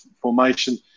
formation